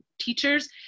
teachers